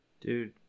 Dude